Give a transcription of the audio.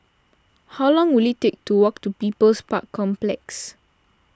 how long will it take to walk to People's Park Complex